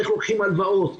איך לוקחים הלוואות?